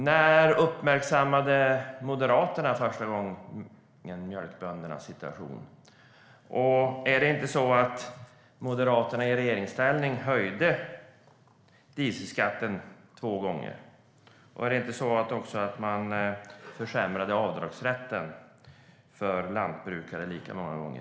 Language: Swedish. När uppmärksammade Moderaterna första gången mjölkböndernas situation? Och höjde inte Moderaterna i regeringsställning dieselskatten två gånger? Försämrade ni inte också avdragsrätten för lantbrukare lika många gånger?